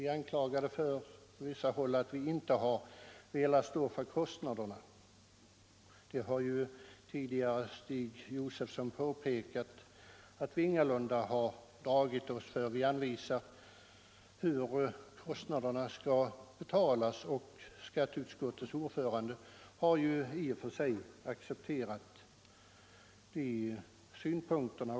Även om vi från vissa håll anklagats för att inte ha velat stå för kostnaderna. Stig Josefson har redan påpekat att vi ingalunda har dragit oss för det. Vi anvisar hur kostnaderna skall betalas, och skatteutskottets ordförande har ju i och för sig accepterat de synpunkterna.